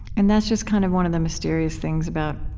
and that's just kind of one of the mysterious things about